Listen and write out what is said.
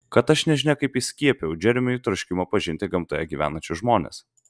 kad aš nežinia kaip įskiepijau džeremiui troškimą pažinti gamtoje gyvenančius žmones